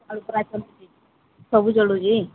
ଆଳୁ ବରା ଚାଲୁଛି ସବୁ ଚାଲୁଛି